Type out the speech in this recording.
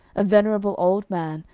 a venerable old man,